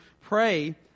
pray